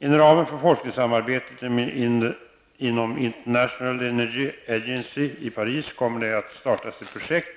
International Energy Agency i Paris kommer det att startas ett projekt